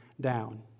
down